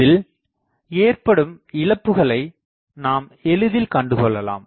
இதில் ஏற்படும் இழப்புகளை நாம் எளிதில் கண்டு கொள்ளலாம்